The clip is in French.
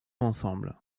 ensemble